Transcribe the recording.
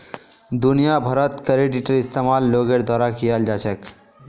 दुनिया भरत क्रेडिटेर इस्तेमाल लोगोर द्वारा कियाल जा छेक